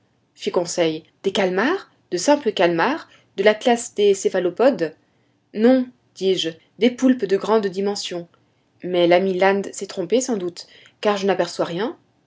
fit conseil des calmars de simples calmars de la classe des céphalopodes non dis-je des poulpes de grande dimension mais l'ami land s'est trompé sans doute car je n'aperçois rien